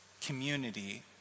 community